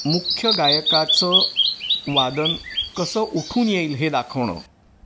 मुख्य गायकाचं वादन कसं उठून येईल हे दाखवणं